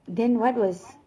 then what was